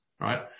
right